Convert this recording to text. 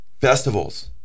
festivals